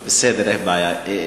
בסדר, אין בעיה.